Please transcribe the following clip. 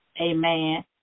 Amen